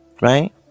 Right